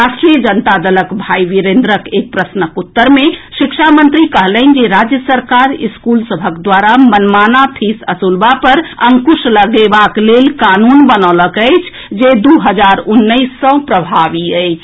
राष्ट्रीय जनता दलक भाई वीरेन्द्र के एक प्रश्नक उत्तर मे शिक्षा मंत्री कहलनि जे राज्य सरकार स्कूल सभक द्वारा मनमाना फीस असूलबा पर अंकुश लगेबाक लेल कानून बनौलक अछि जे दू हजार उन्नैस सँ प्रभावी अछि